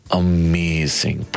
amazing